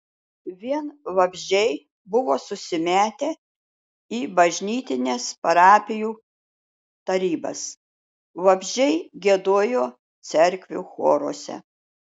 vien vabzdžiai buvo susimetę į bažnytines parapijų tarybas vabzdžiai giedojo cerkvių choruose